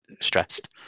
Stressed